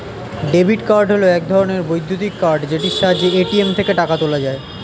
debit card হল এক ধরণের বৈদ্যুতিক কার্ড যেটির সাহায্যে এ.টি.এম থেকে টাকা তোলা যায়